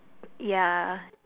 ya